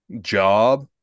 job